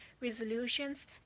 resolutions